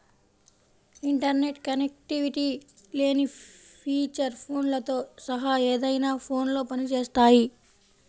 internet connectivity లేని feature ఫోన్లతో సహా ఏదైనా ఫోన్లో పని చేస్తాయి